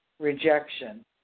Rejection